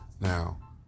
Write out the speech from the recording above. Now